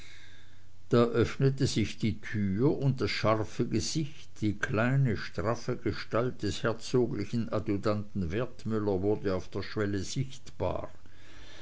da öffnete sich die tür und das scharfe gesicht die kleine straffe gestalt des herzoglichen adjutanten wertmüller wurde auf der schwelle sichtbar